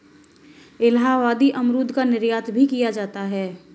इलाहाबादी अमरूद का निर्यात भी किया जाता है